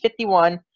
51